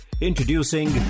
Introducing